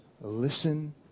listen